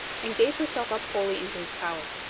and gave herself up wholly into his power.